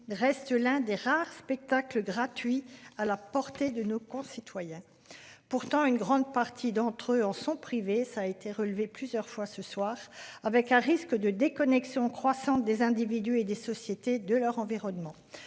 reste l'un des rares spectacles gratuits à la portée de nos concitoyens. Pourtant, une grande partie d'entre eux en sont privés. Ça a été relevé plusieurs fois ce soir avec un risque de déconnexion croissante des individus et des sociétés de leur environnement.